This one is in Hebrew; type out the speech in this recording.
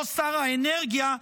לא שר האנרגיה,